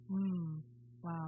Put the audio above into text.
Wow